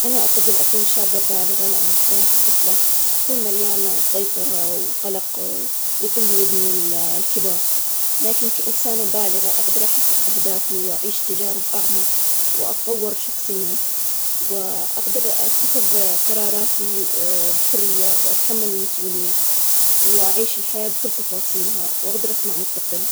أنا أفضل أني كون شاب بالغ، بهالمرحلة, أقدر أعيش تجارب وأحقق طموحاتي. الشباب، يا أخي، يفتح لك أبواب كثيرة في الحياة وتقدر تعتمد بيها على نفسك وتستكشف العالم. تكون بقوتك وبعنفوانك. الطفولة حلوة، بس الحياة كشاب تعطيك حرية أكثر وتطور نفسك وتكون ذكريات جديدة.